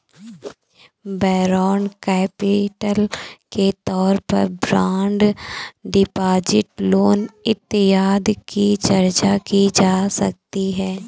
borrowed capital के तौर पर बॉन्ड डिपॉजिट लोन इत्यादि की चर्चा की जा सकती है